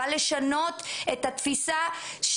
הוא בא לשנות את התפיסה.